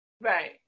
Right